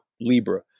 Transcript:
Libra